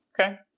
Okay